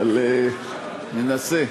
אבל ננסה.